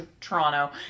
Toronto